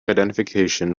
identification